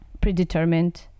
predetermined